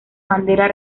bandera